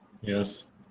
yes